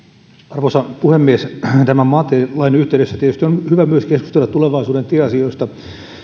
arvoisa puhemies tämän maantielain yhteydessä tietysti on hyvä myös keskustella tulevaisuuden tieasioista